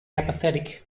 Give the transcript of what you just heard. apathetic